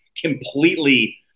completely